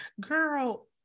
girl